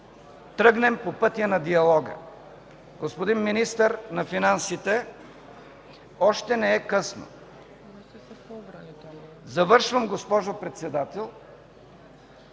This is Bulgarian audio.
тръгнем по пътя на диалога. Господин Министър на финансите, още не е късно. Завършвам госпожо Председател,